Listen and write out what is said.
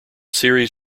series